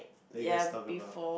then you guys talk about